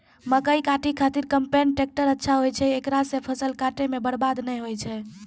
मकई काटै के खातिर कम्पेन टेकटर अच्छा होय छै ऐकरा से फसल काटै मे बरवाद नैय होय छै?